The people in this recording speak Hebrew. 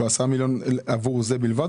שהוא 10 מיליון עבור זה בלבד?